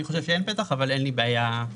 אני חושב שאין פתח אבל אין לי בעיה לכתוב הבהרה.